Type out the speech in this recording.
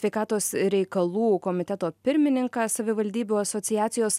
sveikatos reikalų komiteto pirmininką savivaldybių asociacijos